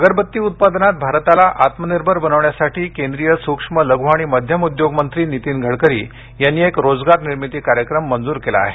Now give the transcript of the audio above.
अगरबत्ती अगरबत्ती उत्पादनात भारताला आत्मनिर्भर बनविण्यासाठी केंद्रीय सूक्ष्म लघु आणि मध्यम उद्योग मंत्री नीतीन गडकरी यांनी एक रोजगार निर्मिती कार्यक्रम मंजूर केला आहे